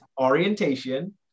orientation